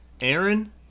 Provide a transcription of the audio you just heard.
Aaron